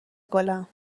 گلم